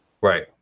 Right